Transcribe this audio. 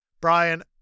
Brian-